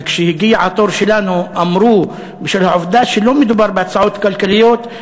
וכשהגיע התור שלנו אמרו: בשל העובדה שלא מדובר בהצעות כלכליות,